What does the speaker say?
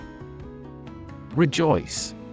Rejoice